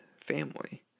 family